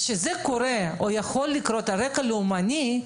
כשזה קורה או יכול לקרות על רקע לאומני,